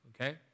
okay